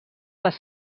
les